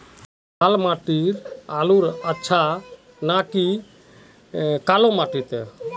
लाल माटी लात्तिर आलूर अच्छा ना की निकलो माटी त?